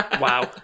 Wow